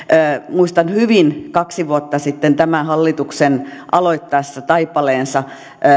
muistan hyvin että kaksi vuotta sitten tämän hallituksen aloittaessa taipaleensa